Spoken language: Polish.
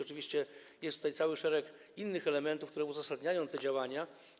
Oczywiście jest tutaj cały szereg innych elementów, które uzasadniają te działania.